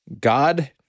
God